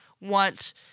want